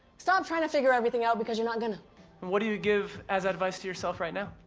stop trying to figure everything out because you're not gonna. and what do you give as advice to yourself right now?